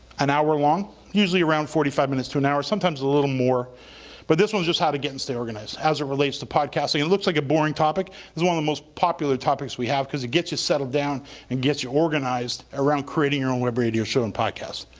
an hour long. usually around forty five minutes to an hour, sometimes a little more but this one's just how to get and stay organized as it relates to podcasting and it looks like a boring topic. this is one of the most popular topics we have cause it gets you settled down and gets you organized around creating your own web radio show and podcast.